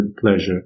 pleasure